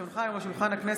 כי הונחה היום על שולחן הכנסת,